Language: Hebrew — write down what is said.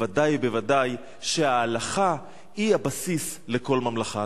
ודאי וודאי שההלכה היא הבסיס לכל ממלכה.